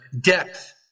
depth